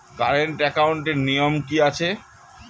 Current একাউন্টের নিয়ম কী আছে?